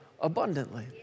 abundantly